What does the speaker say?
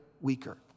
weaker